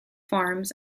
farms